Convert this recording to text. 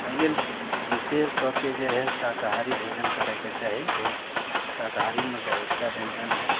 एहि लेल विशेष कऽके जे हइ शाकाहारी भोजन करैके चाही शाकाहारीमे बहुत सा व्यञ्जन हइ